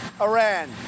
Iran